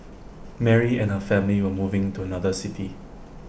Mary and her family were moving to another city